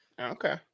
okay